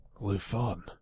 Lufon